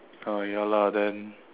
uh ya lah then